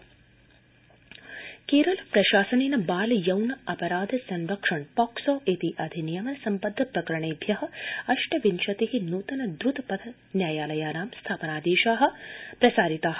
Kerala POCSO Kerala प्रशासनेन बाल यौन अपराध संरक्षण पाक्सो इति अधिनियम सम्बद्ध प्रकरणेभ्य अष्ट विंशति नूतन द्रत पथ न्यायालयानां स्थापन देशा प्रसारिता